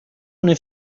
una